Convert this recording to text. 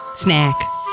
snack